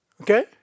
Okay